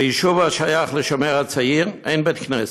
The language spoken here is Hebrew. ביישוב, השייך לשומר הצעיר, אין בית כנסת.